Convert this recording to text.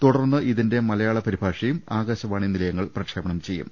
തുടർന്ന് ഇതിന്റെ മലയാള പരിഭാ ഷയും ആകാശവാണി നിലയങ്ങൾ പ്രക്ഷേപണം ചെയ്യും